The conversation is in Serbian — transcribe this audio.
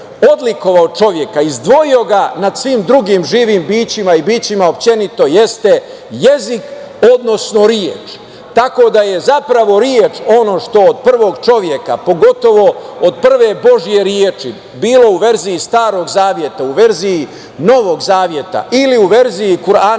odlikovao čoveka, izdvojio ga nad svim drugim živim bićima i bićima uopšte, jeste jezik, odnosno reč. Tako da je zapravo reč ono što od prvog čoveka, pogotovo od prve Božije reči bilo u verziji Starog zaveta, u verziji Novog zaveta ili u verziji Kurhana